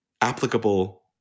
applicable